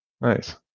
Nice